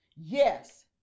Yes